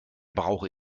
brauche